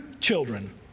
children